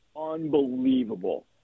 unbelievable